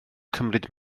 cymryd